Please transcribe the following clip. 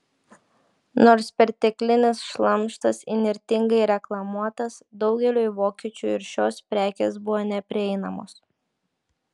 nors perteklinis šlamštas įnirtingai reklamuotas daugeliui vokiečių ir šios prekės buvo neprieinamos